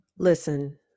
listen